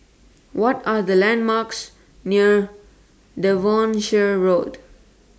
What Are The landmarks near Devonshire Road